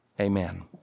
Amen